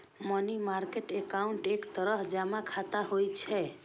money market account एक तरह जमा खाता होइ छै